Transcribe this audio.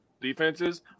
Defenses